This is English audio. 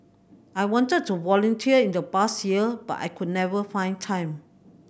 I wanted to volunteer in the past years but I could never find time